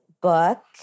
book